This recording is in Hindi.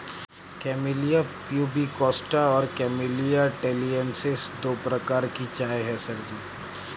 कैमेलिया प्यूबिकोस्टा और कैमेलिया टैलिएन्सिस दो प्रकार की चाय है सर जी